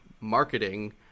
marketing